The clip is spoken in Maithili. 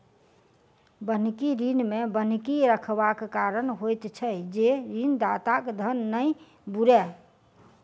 बन्हकी ऋण मे बन्हकी रखबाक कारण होइत छै जे ऋणदाताक धन नै बूड़य